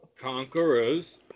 Conquerors